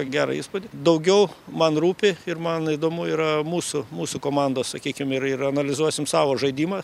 gerą įspūdį daugiau man rūpi ir man įdomu yra mūsų mūsų komandos sakykim ir ir analizuosim savo žaidimą